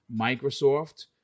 microsoft